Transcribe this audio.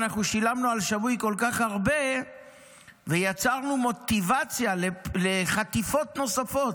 אנחנו שילמנו על שבוי כל כך הרבה ויצרנו מוטיבציה לחטיפות נוספות.